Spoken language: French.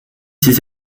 ses